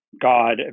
God